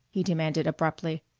he demanded abruptly.